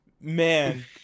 man